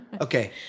Okay